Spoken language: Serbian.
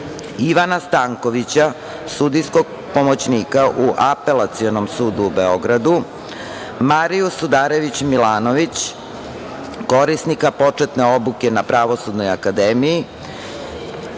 Ivana Stankovića, sudijskog pomoćnika u Apelacionom sudu u Beogradu; Mariju Sudarević Milanović, korisnika početne obuke na Pravosudnoj akademiji